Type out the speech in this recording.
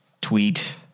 tweet